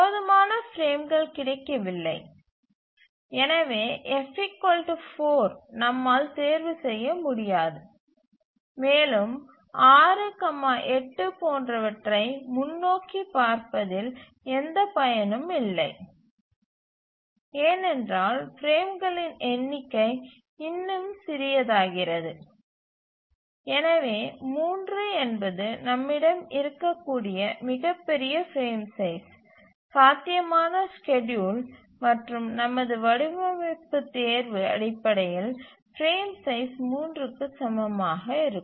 போதுமான பிரேம்கள் கிடைக்கவில்லை எனவே F 4 நம்மால் தேர்வு செய்ய முடியாது மேலும் 6 8 போன்றவற்றை முன்னோக்கிப் பார்ப்பதில் எந்தப் பயனும் இல்லை ஏனென்றால் பிரேம்களின் எண்ணிக்கை இன்னும் சிறியதாகிறது எனவே 3 என்பது நம்மிடம் இருக்கக்கூடிய மிகப்பெரிய பிரேம் சைஸ் சாத்தியமான ஸ்கேட்யூல் மற்றும் நமது வடிவமைப்பு தேர்வு அடிப்படையில் பிரேம் சைஸ் 3 க்கு சமமாக இருக்கும்